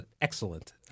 excellent